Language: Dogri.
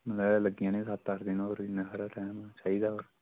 ले लग्गी जाने सत्त अट्ठ दिन होर इन्ना हारा टैम चाहिदा होर